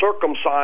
circumcised